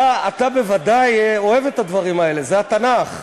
אתה בוודאי אוהב את הדברים האלה, זה התנ"ך.